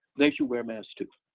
they should wear masks too.